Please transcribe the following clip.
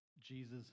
Jesus